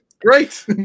Great